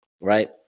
right